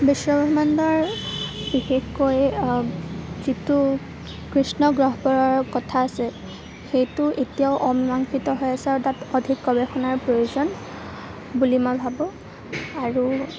বিশ্বব্ৰক্ষ্মাণ্ডৰ বিশেষকৈ যিটো কৃষ্ণ গহ্বৰৰ কথা আছে সেইটো এতিয়াও অমীমাংসিত হৈ আছে আৰু তাত অধিক গৱেষণাৰ প্ৰয়োজন বুলি মই ভাবোঁ আৰু